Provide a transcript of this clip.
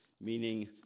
meaning